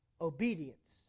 obedience